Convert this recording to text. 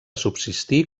subsistir